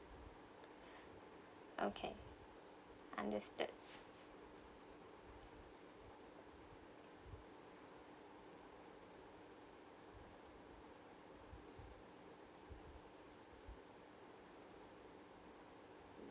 okay understood